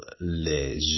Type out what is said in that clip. Les